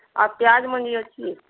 ଆର୍ ପିଆଜ୍ ମଞ୍ଜି ଅଛି